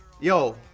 Yo